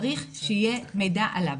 צריך שיהיה מידע עליו.